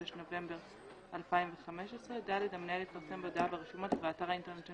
בחודש נובמבר 2015. המנהל יפרסם בהודעה ברשומות ובאתר האינטרנט של